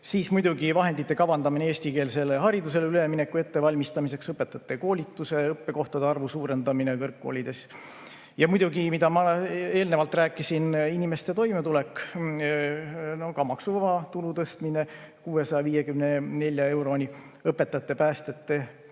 Siis muidugi vahendid eestikeelsele haridusele ülemineku ettevalmistamiseks ja õpetajate koolituse õppekohtade arvu suurendamiseks kõrgkoolides. Ja muidugi, nagu ma eelnevalt rääkisin, inimeste toimetulek, maksuvaba tulu tõstmine 654 euroni. Õpetajate, päästjate, politseinike